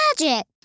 magic